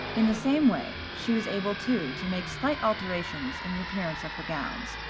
in the same way she was able too to make slight alterations in the appearance of her gowns,